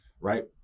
right